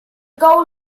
goal